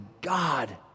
God